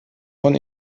von